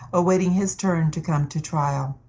awaiting his turn to come to trial.